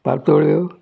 पातोळ्यो